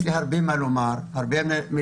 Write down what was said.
יש לי הרבה מה לומר, אני לא